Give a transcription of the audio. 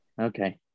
okay